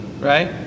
right